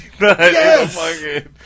Yes